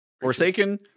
Forsaken